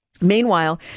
Meanwhile